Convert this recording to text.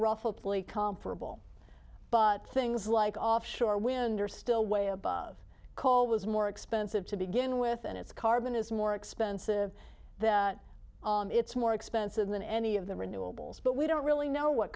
fully comfortable but things like offshore wind are still way above coal was more expensive to begin with and it's carbon is more expensive that it's more expensive than any of the renewables but we don't really know what